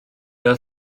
oedd